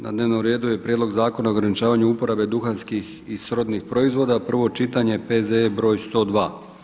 Na dnevnom redu je - Prijedlog zakona o ograničavanju uporabe duhanskih i srodnih proizvoda, prvo čitanje, P.Z.E. br. 102.